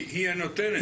היא הנותנת.